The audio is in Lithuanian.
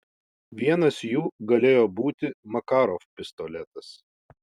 vienas jų galėjo būti makarov pistoletas